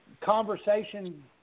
conversation